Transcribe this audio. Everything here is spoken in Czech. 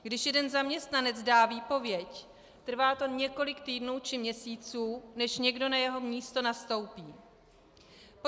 Když jeden zaměstnanec dá výpověď, trvá to několik týdnů či měsíců, než někdo na jeho místo nastoupí.